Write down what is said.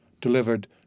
delivered